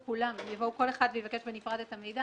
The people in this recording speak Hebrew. כולם יבוא כל אחד ויבקש בנפרד את המידע